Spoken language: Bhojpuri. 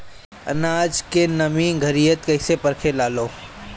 आनाज के नमी घरयीत कैसे परखे लालो?